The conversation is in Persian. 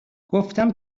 گفتم